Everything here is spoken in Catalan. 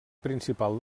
principal